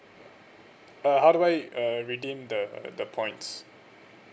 uh how do I uh redeem the the points